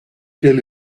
tell